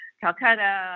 Calcutta